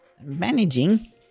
managing